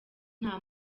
nta